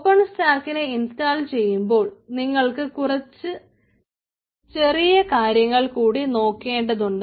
open സ്റ്റാക്കിനെ install ചെയ്യുമ്പോൾ നിങ്ങൾക്ക് കുറച്ച് ചെറിയ കാര്യങ്ങൾ കൂടി നോക്കേണ്ടതുണ്ട്